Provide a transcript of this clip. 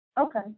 Okay